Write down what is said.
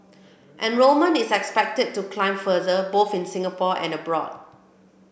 enrolment is expected to climb further both in Singapore and abroad